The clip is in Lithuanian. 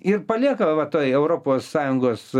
ir palieka va toj europos sąjungos